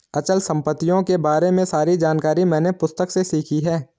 अचल संपत्तियों के बारे में सारी जानकारी मैंने पुस्तक से सीखी है